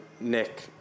Nick